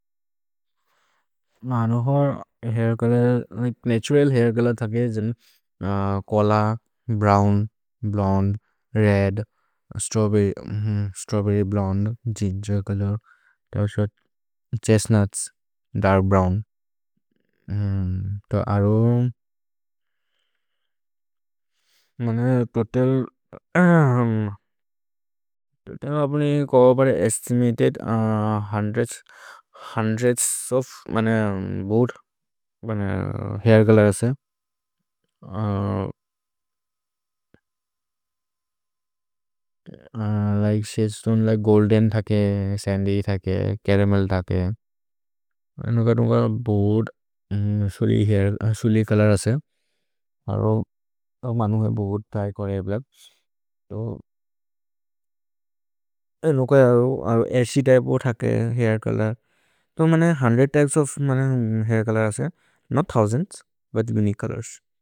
मनोहर् hair colour natural hair colour थके छोल, brown, blonde, red, strawberry blonde, ginger colour, chestnuts, dark brown. तो अरो, मने तोतल्, तोतल् अप्नि कबबरे एस्तिमतेद् हुन्द्रेद्स्, हुन्द्रेद्स् ओफ् मने बूद्, मने हैर् चोलोर् असे like shades tone like golden थके, सन्द्य् थके, चरमेल् थके। मनोहर् उन्कर् बूद्, सुलि हैर्, सुलि चोलोर् असे। अरो मनोहर् बूद् थैके और् हैर् ब्लच्क् तो उन्कर् अरो ऐर् सेअ थैके है हैर् चोलोर् तो मने हुन्द्रेद् त्य्पेस् ओफ् मने हैर् चोलोर् असे नोत् थोउसन्द्स् विथ् उनिकुए चोलोर्स्।